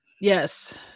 Yes